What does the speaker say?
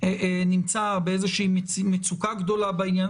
נמצא באיזושהי מצוקה גדולה בעניין,